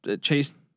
chase